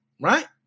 right